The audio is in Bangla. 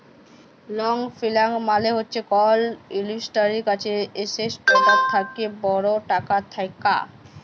লং ফিল্যাল্স মালে হছে কল ইল্ভেস্টারের কাছে এসেটটার থ্যাকে বড় টাকা থ্যাকা